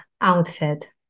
outfit